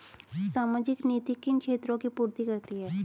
सामाजिक नीति किन क्षेत्रों की पूर्ति करती है?